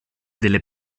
delle